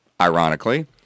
ironically